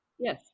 Yes